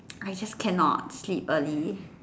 I just cannot sleep early